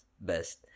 best